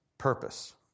purpose